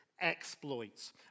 exploits